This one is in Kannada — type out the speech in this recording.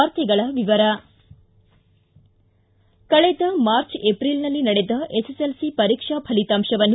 ವಾರ್ತೆಗಳ ವಿವರ ಕಳೆದ ಮಾರ್ಚ್ ಏಪ್ರಿಲ್ನಲ್ಲಿ ನಡೆದ ಎಸ್ಎಸ್ಎಲ್ಸಿ ಪರೀಕ್ಷಾ ಫಲಿತಾಂಶವನ್ನು